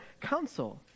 council